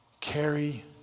carry